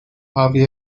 harvey